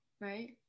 Right